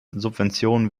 subventionen